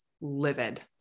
livid